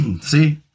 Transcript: see